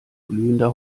glühender